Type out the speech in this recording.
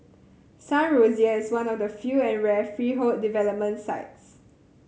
Sun Rosier is one of the few and rare freehold development sites